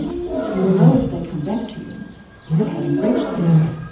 you'll know if they come back to you for having breached the order.